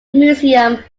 museum